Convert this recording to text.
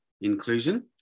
inclusion